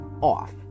off